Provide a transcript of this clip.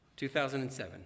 2007